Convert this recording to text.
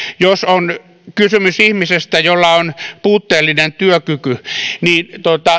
jos on kysymys ihmisestä jolla on puutteellinen työkyky niin